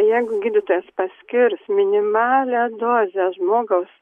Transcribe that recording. jeigu gydytojas paskirs minimalią dozę žmogaus